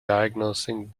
diagnosing